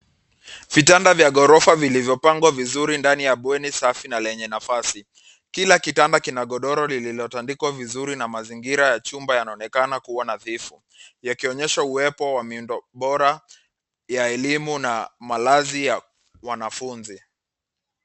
Vitanda vya ghorofa vilivyopangwa vizuri ndani ya bweni safi na lenye nafasi. Kila kitanda kina godoro lililotandikwa vizuri na mazingira ya chumba yanaonekana kuwa nadhifu. Yakionyesha uwepo wa miundo bora ya elimu na malazi ya wanafunzi.